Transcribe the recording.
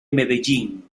medellín